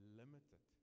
limited